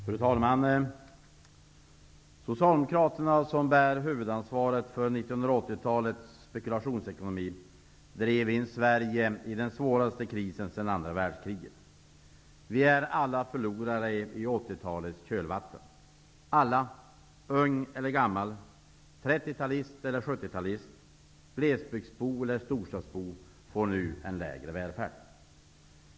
Fru talman! Socialdemokraterna, som bär huvudansvaret för 1980-talets spekulationsekonomi, drev in Sverige i den svåraste krisen sedan andra världskriget. Vi är alla förlorare i 80-talets kölvatten. Alla, ung eller gammal, 30-talist eller 70-talist, glesbygdsbo eller storstadsbo, får nu en sämre välfärd.